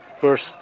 first